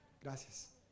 gracias